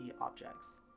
objects